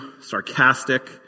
sarcastic